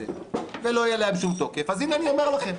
לכנסת ולא יהיה להם שום תוקף אז הנה אני אומר לכם,